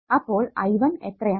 ഇപ്പോൾ I1 എത്രയാണ്